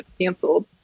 canceled